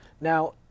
Now